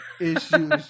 issues